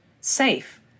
safe